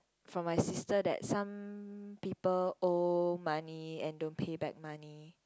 from my sister that some people owe money and don't pay back money